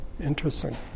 Interesting